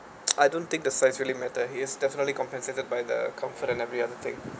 I don't think the size really matter it is definitely compensated by the comfort and every other thing